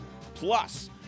plus